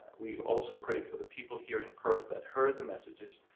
we also pray for the people here in perth that heard the messages,